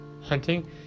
hunting